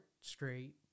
straight